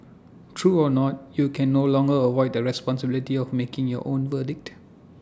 true or not you can no longer avoid the responsibility of making your own verdict